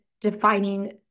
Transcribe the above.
defining